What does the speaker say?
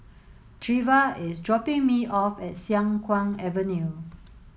Treva is dropping me off at Siang Kuang Avenue